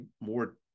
more